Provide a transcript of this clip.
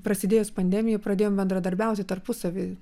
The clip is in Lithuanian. prasidėjus pandemijai pradėjom bendradarbiauti tarpusavy